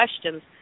questions